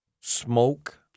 Smoke